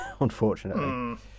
unfortunately